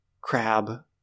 crab